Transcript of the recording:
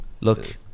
Look